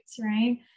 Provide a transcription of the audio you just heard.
right